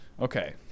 Okay